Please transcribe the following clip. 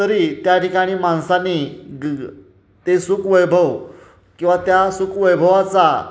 तरी त्या ठिकाणी माणसांनी ग ते सुखवैभव किंवा त्या सुख वैभवाचा